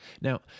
Now